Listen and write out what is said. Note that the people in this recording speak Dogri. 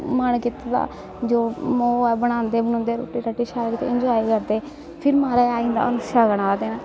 मन कीते दा जो होऐ बनांदे बनूंदे रुट्टी राट्टी शैल करियै इनजाए करदे फिर म्हाराज आई जंदा हून शगन आहला दिन